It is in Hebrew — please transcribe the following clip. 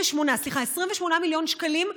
2019 השתמשו רק ב-28 מיליון שקלים.